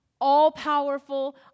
all-powerful